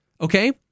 Okay